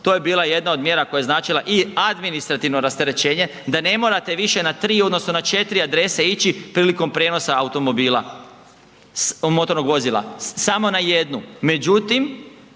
to je bila jedna od mjera koja je značila i administrativno rasterećenje da ne morate više na 3 odnosno na 4 adrese ići prilikom prijenosa automobila, motornog vozila, samo na jednu.